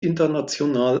international